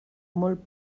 molt